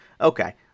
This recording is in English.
Okay